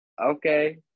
Okay